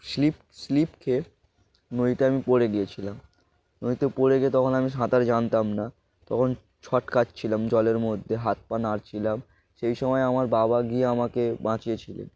slip slip খেয়ে নদীতে আমি পড়ে গিয়েছিলাম নদীতে পড়ে গিয়ে তখন আমি সাঁতার জানতাম না তখন ছটকাচ্ছিলাম জলের মধ্যে হাত পা নাড়ছিলাম সেই সময় আমার বাবা গিয়ে আমাকে বাঁচিয়েছিলেন